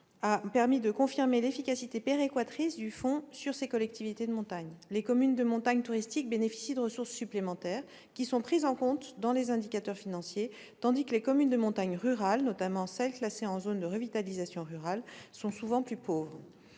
a permis de confirmer l'efficacité péréquatrice du Fonds sur ces collectivités de montagne. Les communes touristiques de montagne bénéficient de ressources supplémentaires, qui sont prises en compte dans les indicateurs financiers, tandis que les communes rurales de montagne, notamment celles qui sont classées en zone de revitalisation rurale, sont souvent plus pauvres.